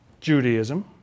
Judaism